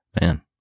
Man